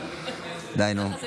די,